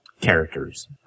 characters